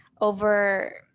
over